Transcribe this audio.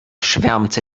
schwärmte